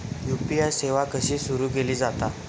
UPI सेवा कशी सुरू केली जाता?